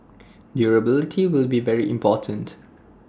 durability will be very important